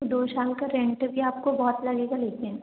दो साल का रेंट भी आपको बहुत लगेगा लेकिन